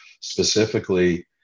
specifically